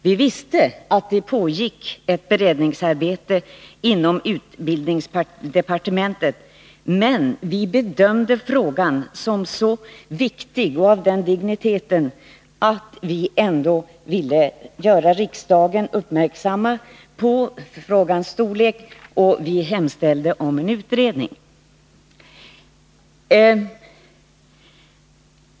Vi visste att ett beredningsarbete pågick inom utbildningsdepartementet, men vi bedömde frågan som så viktig och ansåg att den var av sådan dignitet att vi ville göra riksdagen uppmärksam på dess omfattning, och vi hemställde i motionen om en utredning.